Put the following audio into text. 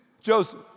Joseph